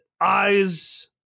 Eyes